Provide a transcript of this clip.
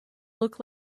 look